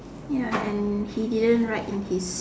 ya and he didn't write in his